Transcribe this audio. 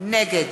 נגד